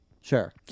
Sure